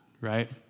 right